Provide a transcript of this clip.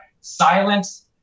silence